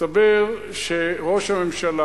מסתבר שראש הממשלה,